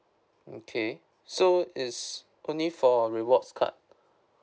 okay so is only for rewards card